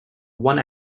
one